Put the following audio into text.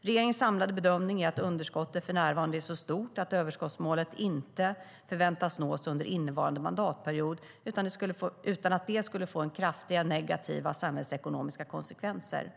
Regeringens samlade bedömning är att underskottet för närvarande är så stort att överskottsmålet inte förväntas nås under innevarande mandatperiod utan att det skulle få kraftigt negativa samhällsekonomiska konsekvenser.